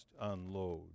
unload